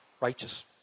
righteous